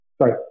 Sorry